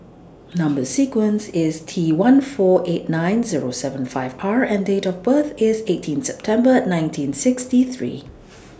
Number sequence IS T one four eight nine Zero seven five R and Date of birth IS eighteenth September nineteen sixty three